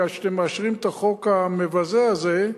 מכיוון שאתם מאשרים את החוק המבזה הזה,